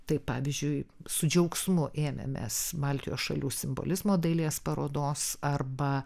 tai pavyzdžiui su džiaugsmu ėmėmės baltijos šalių simbolizmo dailės parodos arba